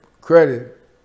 credit